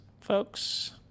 folks